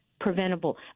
preventable